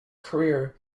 career